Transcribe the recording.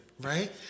right